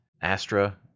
Astra